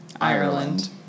Ireland